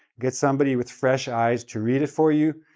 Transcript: get somebody with fresh eyes to read it for you,